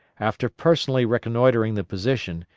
after personally reconnoitring the position,